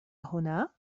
هنا